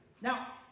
Now